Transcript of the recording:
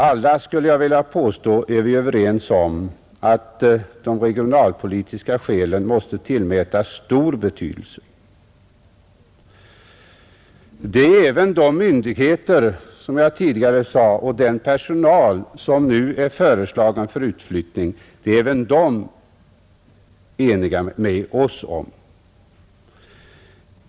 Jag skulle vilja påstå att vi alla är överens om att de regionalpolitiska skälen måste tillmätas stor betydelse. Även de myndigheter och den personal som nu är föreslagna för utflyttning är, som jag tidigare sade, eniga med oss om detta.